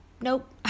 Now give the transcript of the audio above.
nope